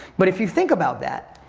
but if you think about that,